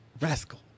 Rascal